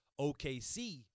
OKC